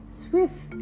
swift